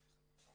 סליחה.